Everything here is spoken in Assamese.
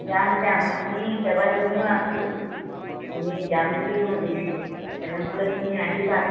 যাম যাম আমি কেইবাজনীও আছোঁ আমি যাম বুলি ভাবিছিলোঁ তেনেহ'লে তুমি আহিবা